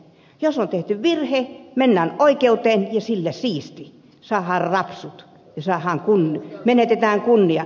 jos on tehty virhe mennään oikeuteen ja sillä siisti saadaan rapsut ja menetetään kunnia